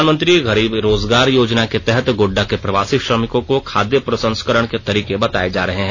प्रधानमंत्री गरीब रोजगार अभियान के तहत गोड्डा में प्रवासी श्रमिकों को खाद्य प्रसंस्करण के तरीके बताए जा रहे हैं